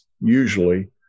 usually